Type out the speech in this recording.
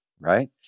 right